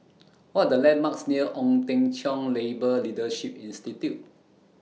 What Are The landmarks near Ong Teng Cheong Labour Leadership Institute